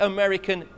American